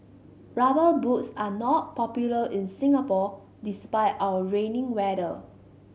rubber boots are not popular in Singapore despite our rainy weather